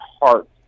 heart